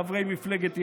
חברי מפלגת ימינה,